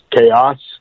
chaos